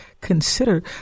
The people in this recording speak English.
consider